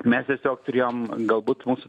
mes tiesiog turėjom galbūt mūsų